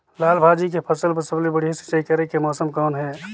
लाल भाजी के फसल बर सबले बढ़िया सिंचाई करे के समय कौन हे?